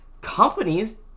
Companies